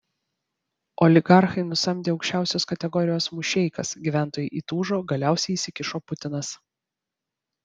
oligarchai nusamdė aukščiausios kategorijos mušeikas gyventojai įtūžo galiausiai įsikišo putinas